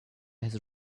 his